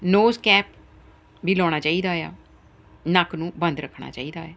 nose cap ਵੀ ਲਾਉਣਾ ਚਾਹੀਦਾ ਆ ਨੱਕ ਨੂੰ ਬੰਦ ਰੱਖਣਾ ਚਾਹੀਦਾ ਹੈ